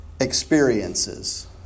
experiences